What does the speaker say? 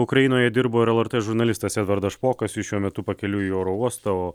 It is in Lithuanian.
ukrainoje dirbo ir lrt žurnalistas edvardas špokas jis šiuo metu pakeliui į oro uostą o